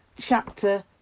chapter